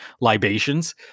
libations